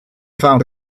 found